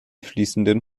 fließenden